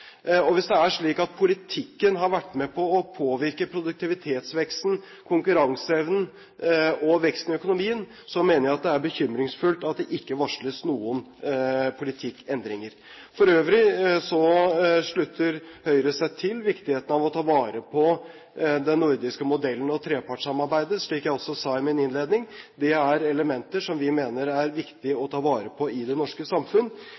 usual». Hvis det er slik at politikken har vært med på å påvirke produktivitetsveksten, konkurranseevnen og veksten i økonomien, mener jeg det er bekymringsfullt at det ikke varsles noen politikkendringer. For øvrig slutter Høyre seg til viktigheten av å ta vare på den nordiske modellen og trepartssamarbeidet, som jeg også sa i min innledning. Dette er elementer som vi mener det er viktig å ta vare på i det norske samfunn.